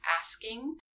asking